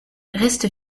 reste